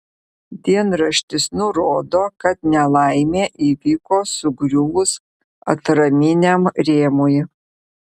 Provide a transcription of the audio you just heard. dienraštis nurodo kad nelaimė įvyko sugriuvus atraminiam rėmui